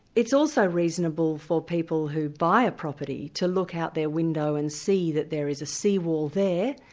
it's also reasonable for people who buy a property to look out their window and see that there is a sea-wall there,